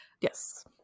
Yes